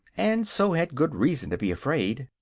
and so had good reason to be afraid.